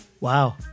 Wow